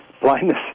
blindness